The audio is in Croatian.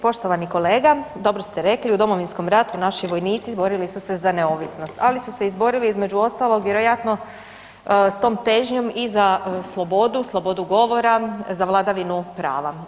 Poštovani kolega, dobro ste rekli, u Domovinskom ratu naši vojnici izborili su se za neovisnost, ali su se izborili između ostalog vjerojatno s tom težnjom i za slobodu, slobodu govora, za vladavinu prava.